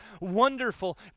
wonderful